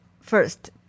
First